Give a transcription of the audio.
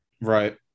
Right